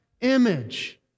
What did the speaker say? image